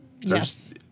Yes